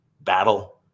battle